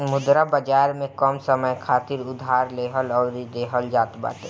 मुद्रा बाजार में कम समय खातिर उधार लेहल अउरी देहल जात बाटे